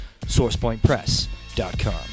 SourcePointPress.com